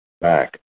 back